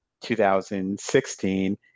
2016